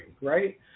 right